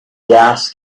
gas